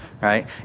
right